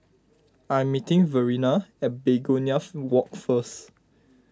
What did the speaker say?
I am meeting Verena at Begonia Walk first